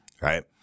Right